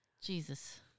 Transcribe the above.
Jesus